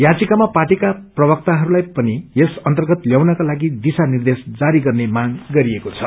याचिकामा पार्टीका प्रवक्ताहरूलाई पनि यस अर्न्तगत ल्याउनको लागि दिशानिर्देश जारी गर्ने मांग गरिएको छ